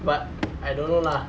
but I don't know lah